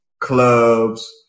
clubs